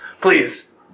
Please